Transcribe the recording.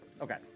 Okay